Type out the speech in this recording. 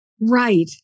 Right